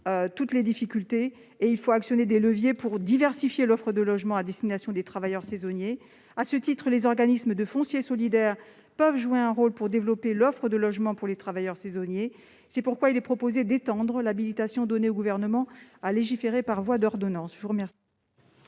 toutes les difficultés subsistantes, il faut actionner tous les leviers pour diversifier l'offre de logement à destination des travailleurs saisonniers. À ce titre, les organismes de foncier solidaire (OFS) peuvent jouer un rôle dans le développement de l'offre de logements pour les travailleurs saisonniers. C'est pourquoi il est proposé, par cet amendement, d'étendre à cette fin l'habilitation donnée au Gouvernement à légiférer par voie d'ordonnance.